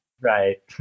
Right